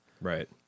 Right